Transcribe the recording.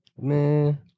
Man